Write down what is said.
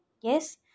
yes